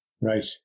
Right